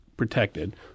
protected